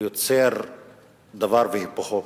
יוצרת דבר והיפוכו.